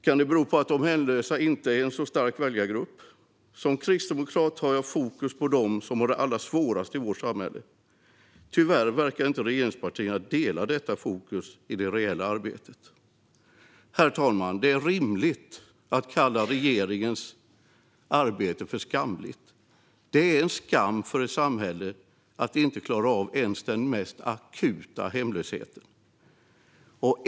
Kan det bero på att de hemlösa inte är en så stark väljargrupp? Som kristdemokrat har jag fokus på dem som har det allra svårast i vårt samhälle. Tyvärr verkar inte regeringspartierna dela detta fokus i det reella arbetet. Herr talman! Det är rimligt att kalla regeringens arbete för skamligt. Det är en skam för ett samhälle att inte klara av ens den mest akuta hemlösheten.